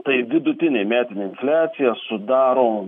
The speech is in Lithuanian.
tai vidutinė metinė infliacija sudaro